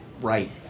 right